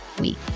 week